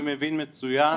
אני מבין מצוין.